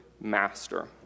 master